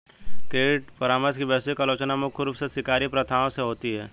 credit परामर्श की वैश्विक आलोचना मुख्य रूप से शिकारी प्रथाओं से होती है